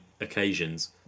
occasions